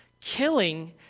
Killing